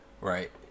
right